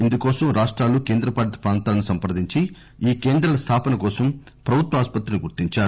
ఇందుకోసం రాష్టాలు కేంద్ర పాలిత ప్రాంతాలను సంప్రదించి ఈ కేంద్రాల స్థాపన కోసం ప్రభుత్వ ఆసుపత్రులను గుర్తించారు